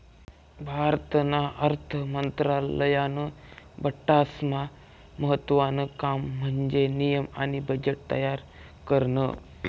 भारतना अर्थ मंत्रालयानं बठ्ठास्मा महत्त्वानं काम म्हन्जे नियम आणि बजेट तयार करनं